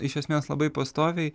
iš esmės labai pastoviai